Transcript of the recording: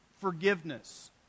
forgiveness